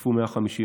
השתתפו 150 איש